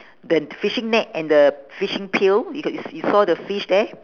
the th~ fishing net and the fishing pail you c~ you saw the fish there